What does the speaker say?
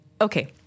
okay